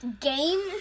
Game